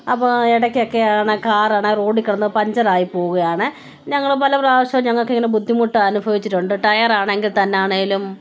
അപ്പോൾ ഇടയ്ക്ക് ഒക്കെയാണ് കാറാണെങ്കിൽ റോഡിൽ കിടന്ന് പഞ്ചറായി പോവുകയാണ് ഞങ്ങൾ പല പ്രാവശ്യവും ഞങ്ങൾക്ക് ഇങ്ങനെ ബുദ്ധിമുട്ട് അനുഭവിച്ചിട്ടുണ്ട് ടയറാണെങ്കിൽ തന്നെ ആണെങ്കിലും